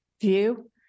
view